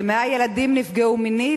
כ-100 ילדים נפגעו מינית,